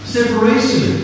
Separation